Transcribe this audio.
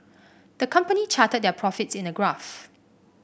the company charted their profits in a graph